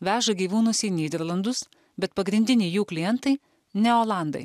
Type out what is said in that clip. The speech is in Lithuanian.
veža gyvūnus į nyderlandus bet pagrindiniai jų klientai ne olandai